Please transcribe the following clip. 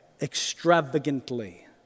extravagantly